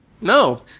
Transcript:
No